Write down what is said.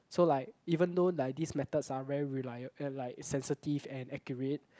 so like even though like this methods are very reliable and like sensitive and accurate